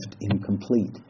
incomplete